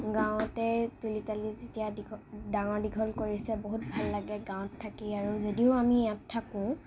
গাঁৱতে তুলি তালি যেতিয়া দীঘ ডাঙৰ দীঘল কৰিছে বহুত ভাল লাগে গাঁৱত থাকি আৰু যদিও আমি ইয়াত থাকোঁ